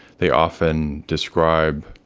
they often describe